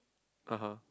ah [huh]